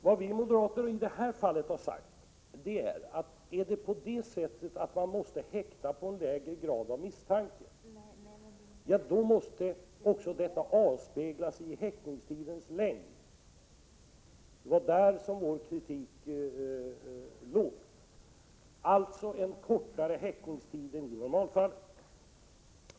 Vad vi moderater i det här fallet har sagt är att om man måste häkta på grund av en lägre grad av misstanke, då måste också detta avspeglas i häktningstidens längd. Det var på den punkten som vi framförde vår kritik. Det måste alltså vara en kortare häktningstid än i normalfallet.